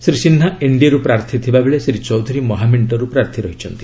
ଶ୍ରୀ ସିହ୍ନା ଏନ୍ଡିଏରୁ ପ୍ରାର୍ଥୀ ଥିବା ବେଳେ ଶ୍ରୀ ଚୌଧୁରୀ ମହାମେଣ୍ଟରୁ ପ୍ରାର୍ଥୀ ରହିଛନ୍ତି